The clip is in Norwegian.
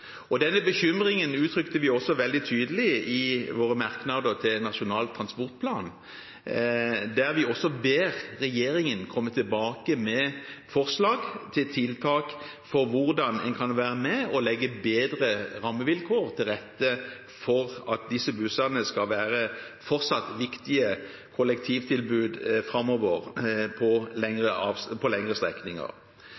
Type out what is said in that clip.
årene. Denne bekymringen uttrykte vi også veldig tydelig i våre merknader til Nasjonal transportplan, der vi også ber regjeringen komme tilbake med forslag til tiltak for hvordan en kan være med og legge til rette bedre rammevilkår for at disse bussene fortsatt skal være viktige kollektivtilbud framover på